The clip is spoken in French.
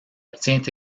obtient